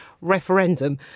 referendum